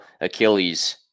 Achilles